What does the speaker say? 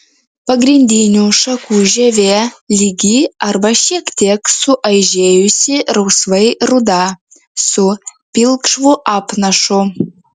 pagrindinių šakų žievė lygi arba šiek tiek suaižėjusi rausvai ruda su pilkšvu apnašu